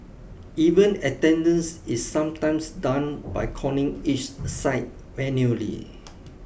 even attendance is sometimes done by calling each site manually